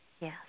Yes